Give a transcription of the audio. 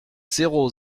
zéro